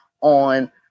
on